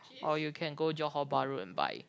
or you can go Johor-Bahru and buy